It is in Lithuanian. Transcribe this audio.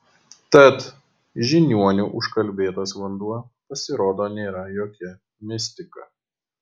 tad žiniuonių užkalbėtas vanduo pasirodo nėra jokia mistika